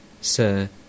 Sir